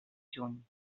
juny